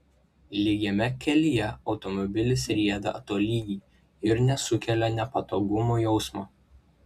lygiame kelyje automobilis rieda tolygiai ir nesukelia nepatogumo jausmo